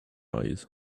eyes